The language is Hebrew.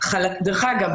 דרך אגב,